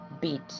beat